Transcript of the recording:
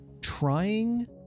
trying